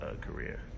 career